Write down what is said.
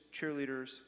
cheerleaders